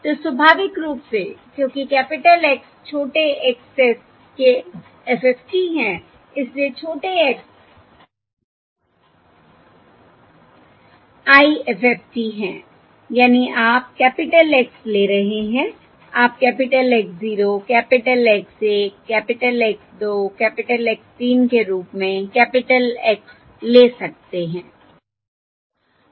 तो स्वाभाविक रूप से क्योंकि कैपिटल X s छोटे X s के FFT हैं इसलिए छोटे X s IFFT हैं यानी आप कैपिटल X ले रहे हैं आप capital X 0 capital X 1 capital X 2 capital X 3 के रूप में कैपिटल X ले सकते हैं